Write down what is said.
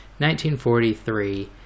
1943